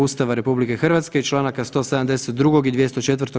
Ustava RH i čl. 172. i 204.